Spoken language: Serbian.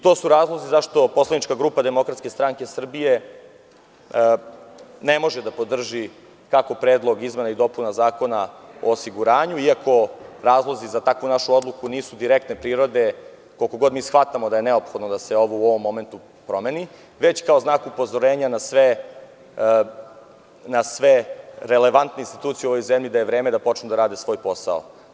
To su razlozi zašto poslanička grupa DSS ne može da podrži, kako Predlog izmena i dopuna Zakona o osiguranju i ako razlozi za takvu našu odluku nisu direktne prirode, koliko god mi shvatamo da je neophodno da se ovo u ovom momentu promeni, već kao znak upozorenja na sve relevantne institucije u ovoj zemlji da je vreme da počnu da rade svoj posao.